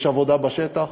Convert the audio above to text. יש עבודה בשטח,